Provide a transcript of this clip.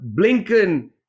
Blinken